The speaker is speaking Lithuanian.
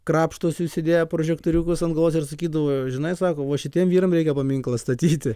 krapštos užsidėję prožektoriukus ant galvos ir sakydavo žinai sako va šitiem vyram reikia paminklą statyti